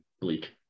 bleak